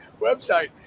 website